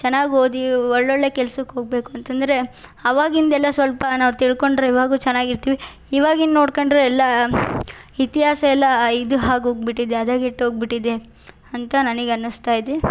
ಚೆನ್ನಾಗ್ ಓದಿ ಒಳ್ಳೊಳ್ಳೆ ಕೆಲ್ಸಕ್ಕೆ ಹೋಗ್ಬೇಕು ಅಂತಂದರೆ ಅವಾಗಿಂದೆಲ್ಲ ಸ್ವಲ್ಪ ನಾವು ತಿಳ್ಕೊಂಡರೆ ಇವಾಗೂ ಚೆನ್ನಾಗಿರ್ತೀವಿ ಇವಾಗಿನ ನೋಡ್ಕೊಂಡ್ರೆ ಎಲ್ಲ ಇತಿಹಾಸ ಎಲ್ಲ ಇದು ಆಗೋಗ್ಬಿಟ್ಟಿದೆ ಹದಗೆಟ್ಟೋಗ್ಬಿಟ್ಟಿದೆ ಅಂತ ನನಗನ್ನಿಸ್ತಾ ಇದೆ